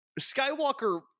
skywalker